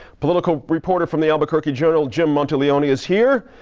political reporter from the albuquerque journal, jim monteleone is here.